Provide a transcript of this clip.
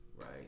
Right